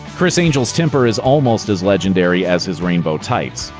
criss angel's temper is almost as legendary as his rainbow tights.